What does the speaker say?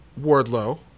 Wardlow